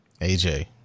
AJ